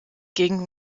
gegen